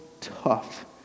tough